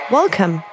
Welcome